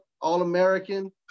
All-American